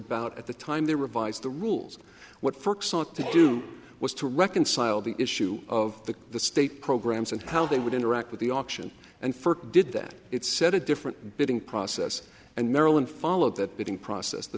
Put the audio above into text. about at the time they revised the rules what folks ought to do was to reconcile the issue of the the state programs and how they would interact with the auction and first did that it set a different bidding process and maryland followed that bidding process the